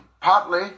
partly